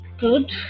good